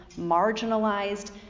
marginalized